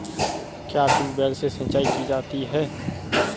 क्या ट्यूबवेल से सिंचाई की जाती है?